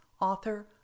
author